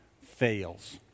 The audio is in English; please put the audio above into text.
fails